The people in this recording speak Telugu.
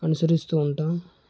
అనుసరిస్తు ఉంటాం